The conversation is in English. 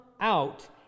out